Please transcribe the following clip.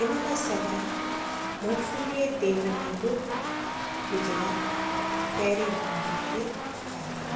इनखां सवाइ मूंगफलीअ तेल में बि गुजरात पहिरिएं नम्बर ते आहे